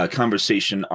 conversation